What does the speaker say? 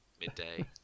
midday